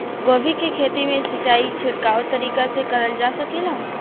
गोभी के खेती में सिचाई छिड़काव तरीका से क़रल जा सकेला?